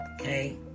Okay